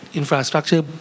infrastructure